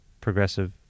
progressive